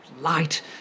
light